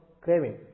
craving